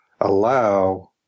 allow